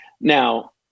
Now